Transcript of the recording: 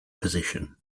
position